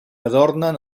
adornen